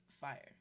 fire